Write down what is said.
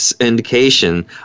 indication